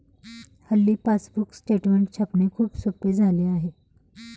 हल्ली passbook statement छापणे खूप सोपे झाले आहे